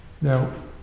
Now